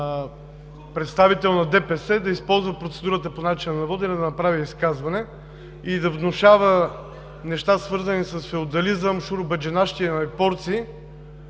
представител на ДПС да използва процедурата по начина на водене, за да направи изказване и да внушава неща, свързани с феодализъм, шуробаджанащина и порции,